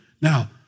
Now